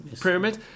pyramid